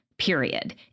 Period